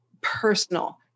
personal